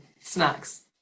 snacks